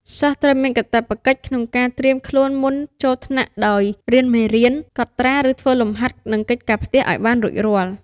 សិស្សត្រូវមានកាតព្វកិច្ចក្នុងការត្រៀមខ្លួនមុនចូលថ្នាក់ដោយ រៀនមេរៀន កត់ត្រាឫធ្វើលំហាត់និងកិច្ចការផ្ទះឱ្យបានរួចរាល់។